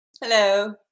Hello